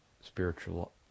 spiritual